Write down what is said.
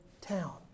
town